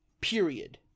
period